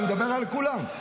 אני מדבר על כולם.